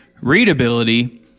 readability